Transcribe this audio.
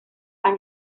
han